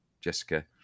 Jessica